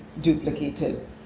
duplicated